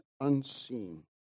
unseen